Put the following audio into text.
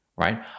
right